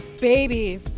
baby